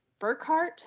Burkhart